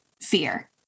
fear